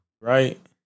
right